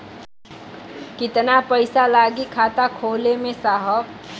कितना पइसा लागि खाता खोले में साहब?